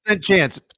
chance